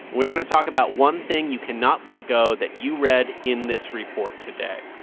we're going to talk about one thing you cannot let go that you read in this report today.